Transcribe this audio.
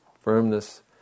firmness